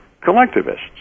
collectivists